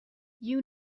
you